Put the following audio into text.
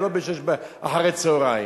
ולא בשש אחרי הצהריים.